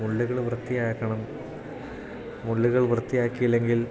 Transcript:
മുള്ളുകള് വൃത്തിയാക്കണം മുള്ളുകൾ വൃത്തിയാക്കിയില്ലെങ്കിൽ